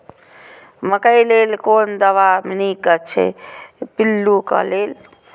मकैय लेल कोन दवा निक अछि पिल्लू क लेल?